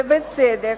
ובצדק,